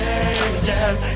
angel